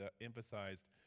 emphasized